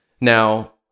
Now